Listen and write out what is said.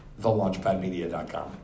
thelaunchpadmedia.com